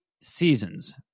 seasons